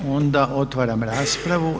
Onda otvaram raspravu.